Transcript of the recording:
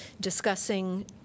discussing